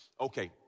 Okay